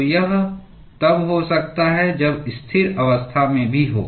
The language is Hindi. तो यह तब हो सकता है जब स्थिर अवस्था में भी हो